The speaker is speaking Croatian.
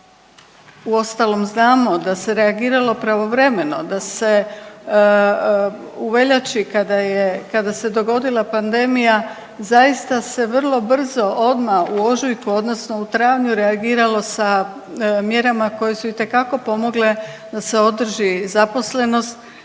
uostalom znamo da se reagiralo pravovremeno, da se u veljači kada se dogodila pandemija zaista se vrlo brzo, odmah u ožujku odnosno u travnju reagiralo sa mjerama koje su itekako pomogle da se održi zaposlenost